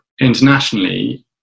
internationally